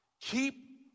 Keep